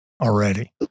already